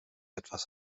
etwas